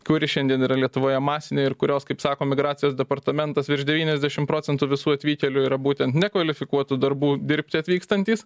kuri šiandien yra lietuvoje masinė ir kurios kaip sako migracijos departamentas virš devyniasdešim procentų visų atvykėlių yra būtent nekvalifikuotų darbų dirbti atvykstantys